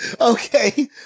Okay